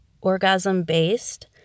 orgasm-based